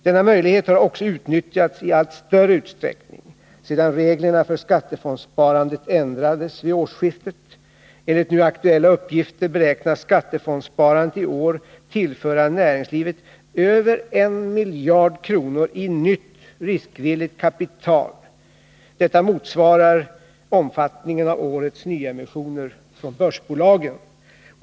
Denna möjlighet har också utnyttjats i allt större utsträckning sedan reglerna för skattefondsspa randet ändrades vid årsskiftet. Enligt aktuella uppgifter beräknas skattefondssparandet i år tillföra näringslivet över 1 miljard kronor i nytt riskvilligt kapital. Detta motsvarar omfattningen av årets nyemissioner ifrån börsbolagen.